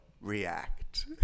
react